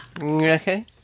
okay